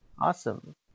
Awesome